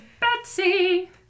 Betsy